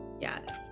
yes